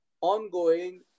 ongoing